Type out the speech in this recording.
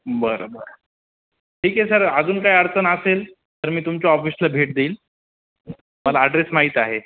बरं बरं ठीक आहे सर अजून काय अडचण असेल तर मी तुमच्या ऑफिसला भेट देईल मला ॲड्रेस माहीत आहे